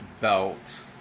Belt